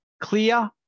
clear